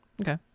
Okay